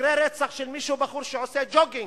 מקרה רצח של בחור שעושה ג'וגינג.